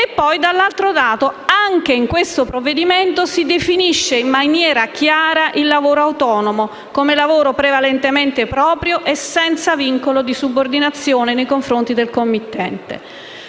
e, dall’altro lato, anche in questo provvedimento si definisce in maniera chiara il lavoro autonomo come lavoro prevalentemente proprio e senza vincolo di subordinazione nei confronti del committente.